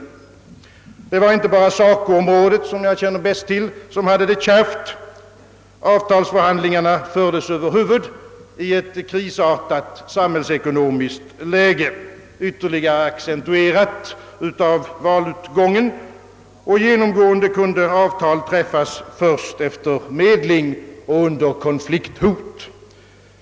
Det var inte bara SACO-området som hade det kärvt. Avtalsförhandlingarna fördes över huvud i ett krisartat samhällsekonomiskt läge, och genomgående kunde avtal träffas först efter medling och under konflikthot.